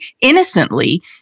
innocently